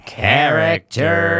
character